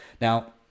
Now